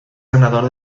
ganador